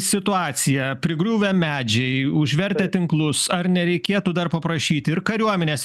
situacija prigriuvę medžiai užvertę tinklus ar nereikėtų dar paprašyti ir kariuomenės